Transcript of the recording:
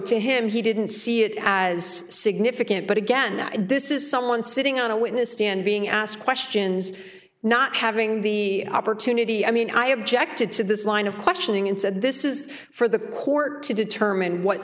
to him he didn't see it as significant but again this is someone sitting on a witness stand being asked questions not having the opportunity i mean i objected to this line of questioning and said this is for the court to determine what